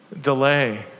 delay